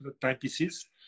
timepieces